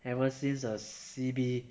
ever since uh C_B